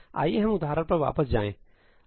आइए हम उदाहरण पर वापस जाएं